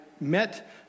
met